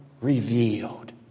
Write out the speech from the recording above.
revealed